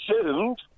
assumed